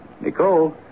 Nicole